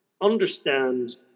understand